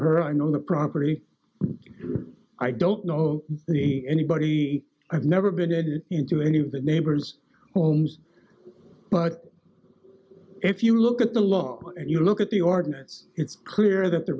her i know the property i don't know the anybody i've never been into any of the neighbor's homes but if you look at the lot and you look at the ordinance it's clear that the